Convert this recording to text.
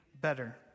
better